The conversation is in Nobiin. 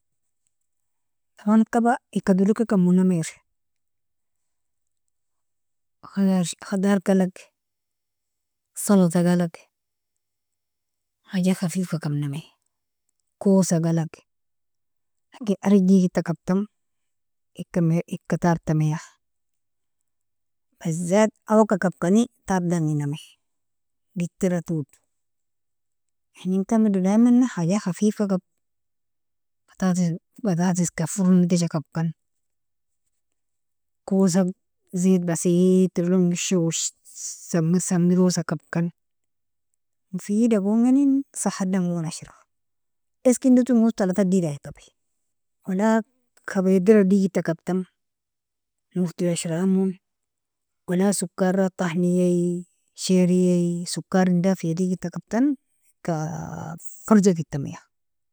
Taban kab ika durki kabmonamier, khadargalag, salatagalag haja khafifka kabnami kosagalag, lakin arej diged kabtam ika ikatantamiya bazat awaka kabkani tabdanginami gitra toodo inenkarmido daimana haja khafifka kab bataties kak foron edija kapkan kosag ziet basiet trilogo ingir samir samirosa kabkan mufidagonganin sahadangon ashra eskindoto salatat digda kabi, wala kabaidira digita kabtam nurti ashramun wala sokarra, tahniyei sheeriyei, sokkarndafia digita kabtam ika farjakittamia.